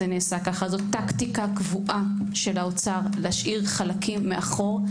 זאת טקטיקה קבועה של האוצר להשאיר חלקים מאחור,